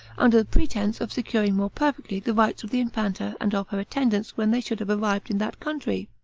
under pretense of securing more perfectly the rights of the infanta and of her attendants when they should have arrived in that country.